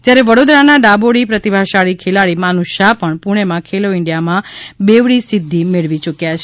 જ્યારે વડોદરાના ડાબોડી પ્રતિભાશાળી ખેલાડી માનુષ શાહ પણ પૂણેમાં ખેલો ઇન્ડિયામાં બેવડી સિધ્ધી મેળવી યુક્યા છે